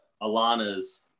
Alana's